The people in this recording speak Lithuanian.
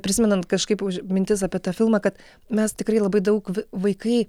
prisimenant kažkaip už mintis apie tą filmą kad mes tikrai labai daug v vaikai